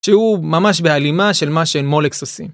שהוא ממש בהלימה של מה שמולקס עושים.